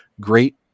Great